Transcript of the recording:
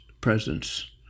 presence